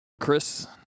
Chris